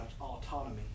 autonomy